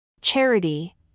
Charity